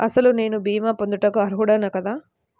అసలు నేను భీమా పొందుటకు అర్హుడన కాదా?